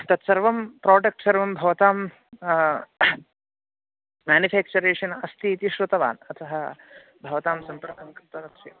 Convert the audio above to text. तत्सर्वं प्रोडक्ट् सर्वं भवतां मेनुफ़ेक्चरेशन् अस्ति इति श्रुतवान् अतः भवतां सम्पर्कं कृतवान् तस्य